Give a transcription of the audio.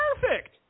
Perfect